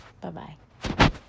Bye-bye